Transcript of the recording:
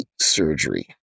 surgery